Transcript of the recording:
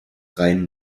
rhein